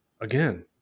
again